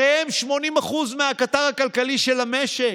הרי הם 80% מהקטר הכלכלי של המשק.